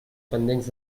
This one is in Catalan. pendents